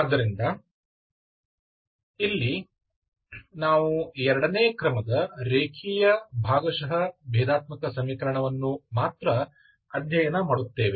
ಆದ್ದರಿಂದ ಇದರಲ್ಲಿ ನಾವು ಎರಡನೇ ಕ್ರಮದ ರೇಖೀಯ ಭಾಗಶಃ ಭೇದಾತ್ಮಕ ಸಮೀಕರಣವನ್ನು ಮಾತ್ರ ಅಧ್ಯಯನ ಮಾಡುತ್ತೇವೆ